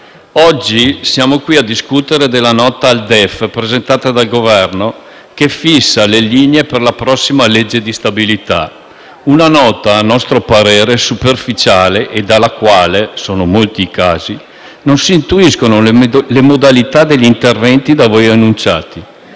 oggi siamo qui a discutere della Nota di aggiornamento al DEF presentata dal Governo, che fissa le linee per la prossima legge di stabilità. Una Nota, a nostro parere, superficiale e dalla quale (sono molti i casi) non si intuiscono le modalità degli interventi annunciati.